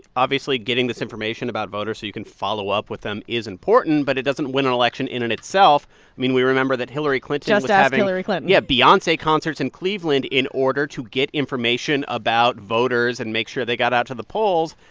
obviously getting this information about voters so you can follow up with them is important, but it doesn't win an election in and itself. i mean, we remember that hillary clinton was having. hillary clinton. yeah beyonce concerts in cleveland in order to get information about voters and make sure they got out to the polls.